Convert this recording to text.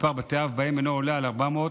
מספר בתי האב בהם אינו עולה 400,